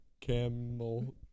camel